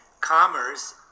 commerce